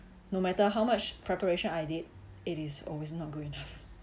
no matter how much preparation I did it is always not good enough